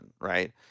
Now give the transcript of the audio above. right